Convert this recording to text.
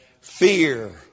Fear